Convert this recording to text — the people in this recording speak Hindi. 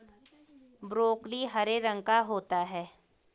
ब्रोकली हरे रंग का होता है